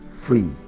free